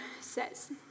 says